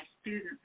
students